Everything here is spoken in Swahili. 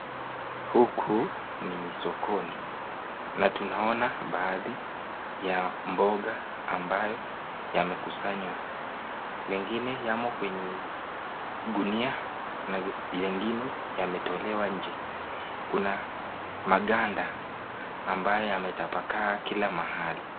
Huku ni sokoni na tunaona baadhi ya mboga ambayo yamekusanywa, mengine yamo kwenye gunia na mengine yametolewa nje. Kuna maganda ambayo yametapakaa kila mahali.